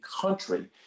country